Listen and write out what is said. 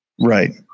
Right